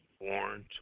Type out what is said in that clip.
warrant